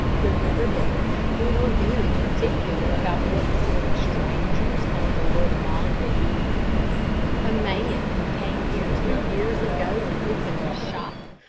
the riverdale people are very particular about what sort of strangers come to live among them. a man, who came here two years ago and opened a shop,